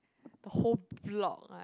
the whole block lah